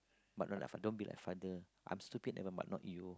but no lah don't be like father I'm stupid nevermind not you